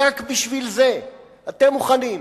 רק בשביל זה אתם מוכנים,